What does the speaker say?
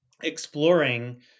exploring